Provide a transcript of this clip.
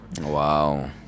Wow